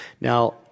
Now